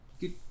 good